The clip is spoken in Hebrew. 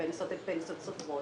הפנסיות שלנו הן פנסיות צוברות,